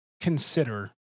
consider